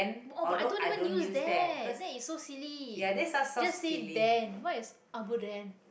oh but i don't even use that that is so silly just say then what is abuden